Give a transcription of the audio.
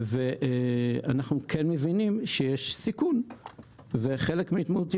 ואנחנו כן מבינים שיש סיכון וחלק מההתמודדות